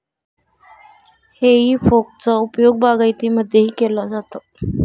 हेई फोकचा उपयोग बागायतीमध्येही केला जातो